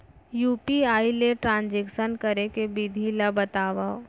UPI ले transaction करे के विधि ला बतावव?